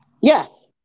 Yes